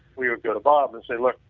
we would go to bob and say look,